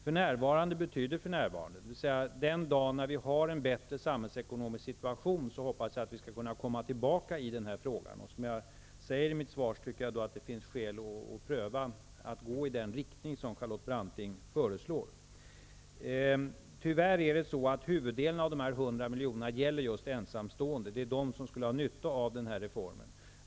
För närvarande betyder för närvarande, dvs. den dagen när vi har en bättre samhällsekonomisk situation hoppas jag att vi skall komma tillbaka i den här frågan. Då tycker jag, som jag sade i mitt svar, att det finns skäl att pröva att gå i den riktning som Charlotte Branting föreslår. Huvuddelen av dessa 100 milj.kr. gäller tyvärr just ensamstående. De skulle ha nytta av den här reformen.